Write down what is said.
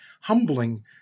humbling